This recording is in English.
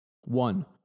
One